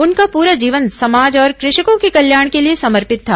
उनका पूरा जीवन समाज और कृषकों के कल्याण के लिए समर्पित था